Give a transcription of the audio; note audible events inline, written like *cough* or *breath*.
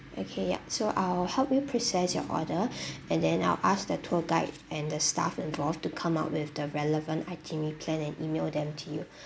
okay yup so I'll help you process your order *breath* and then I'll ask the tour guide and the staff involved to come up with the relevant itinerary plan and email them to you